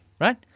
right